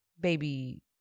baby